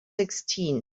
sixteen